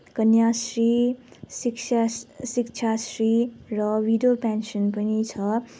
कन्याश्री शिक्षा शिक्षाश्री र widow pension पनि छ